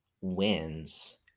wins